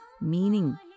meaning